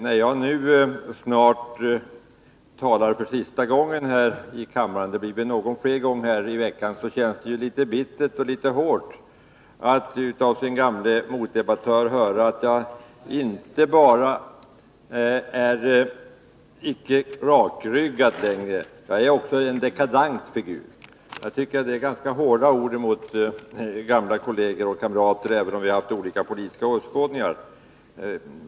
När jag nu snart talar för sista gången här i kammaren — det kanske blir några fler gånger under denna vecka — känns det litet bittert och hårt att av sin gamle motdebattör få höra att jag inte bara ej längre är rakryggad utan att jag också är en dekadent figur. Jag tycker det är ganska hårda ord mot en gammal kollega och kamrat, även om vi har haft olika politiska åskådningar.